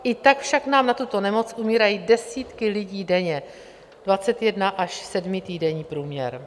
I tak nám však na tuto nemoc umírají desítky lidí denně, dvacet jedna až sedmitýdenní průměr.